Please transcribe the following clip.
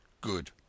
Good